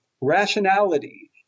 rationality